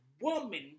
woman